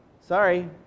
Sorry